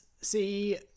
See